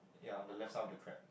yea on the left side of the crab